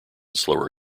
slower